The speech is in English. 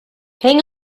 hang